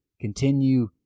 continue